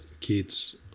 kids